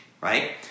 right